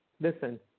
listen